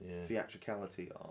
Theatricality